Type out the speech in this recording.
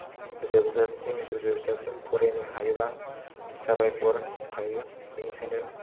जोबजासिम जिउ जोबजासिम फरायनो हायोबा साबायखर थायो बिनिखायनो